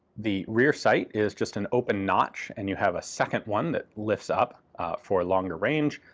the rear sight is just an open notch, and you have a second one that lifts up for longer range.